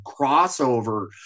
crossover